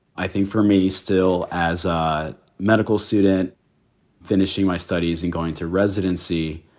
i think for me still as a medical student finishing my studies and going to residency,